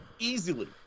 Easily